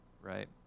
right